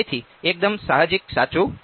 તેથી એકદમ સાહજિક સાચું છે